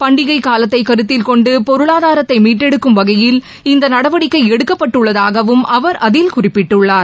பண்டிகைக் காலத்தை கருத்தில் கொண்டு பொருளாதாரத்தை மீட்டெடுக்கும் வகையில் இந்த நடவடிக்கை எடுக்கப்பட்டுள்ளதாகவும் அவர் அதில் குறிப்பிட்டுள்ளார்